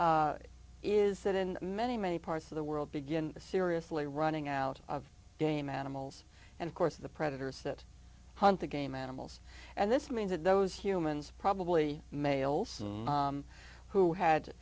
c is that in many many parts of the world begin seriously running out of dame animals and of course the predators that hunt the game animals and this means that those humans probably males who had